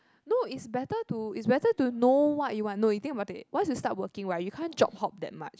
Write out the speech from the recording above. look it's better to it's better to know what you want no you think about it once you start working right you can't job hop that much